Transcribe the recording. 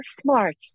smart